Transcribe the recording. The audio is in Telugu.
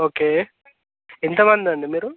ఓకే ఎంతమంది అండి మీరు